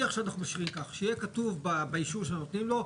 שיהיה כתוב באישור שנותנים לו,